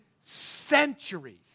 centuries